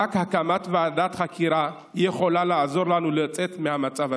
רק הקמת ועדת חקירה יכולה לעזור לנו לצאת מהמצב הזה.